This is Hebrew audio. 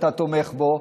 שאתה תומך בו,